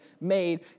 made